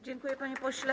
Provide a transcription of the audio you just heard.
Dziękuję, panie pośle.